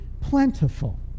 plentiful